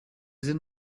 sind